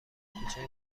کوچه